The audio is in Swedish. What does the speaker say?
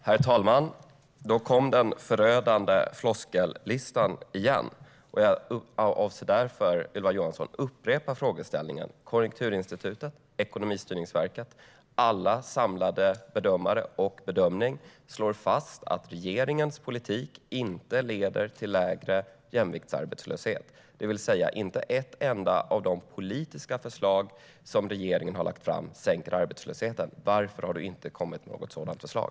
Herr talman! Då kom den förödande floskellistan igen. Jag avser därför att upprepa frågeställningen, Ylva Johansson. Konjunkturinstitutet och Ekonomistyrningsverket - alla samlade bedömare - slår fast att regeringens politik inte leder till lägre jämviktsarbetslöshet. Inte ett enda av de politiska förslag regeringen har lagt fram sänker arbetslösheten. Varför har du inte kommit med något sådant förslag?